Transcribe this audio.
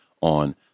on